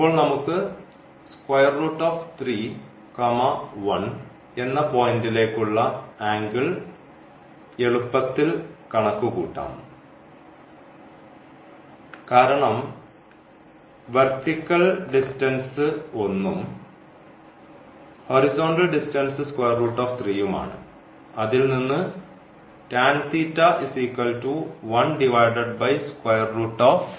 ഇപ്പോൾ നമുക്ക് എന്ന പോയിൻറ്ലേക്ക്ഉള്ള ആംഗിൾ എളുപ്പത്തിൽ കണക്കുകൂട്ടാം കാരണം വെർട്ടിക്കൽ ഡിസ്റ്റൻസ് 1 ഉം ഹൊറിസോണ്ടൽ ഡിസ്റ്റൻസ് യും ആണ്